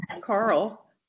Carl